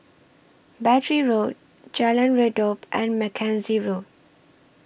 Battery Road Jalan Redop and Mackenzie Road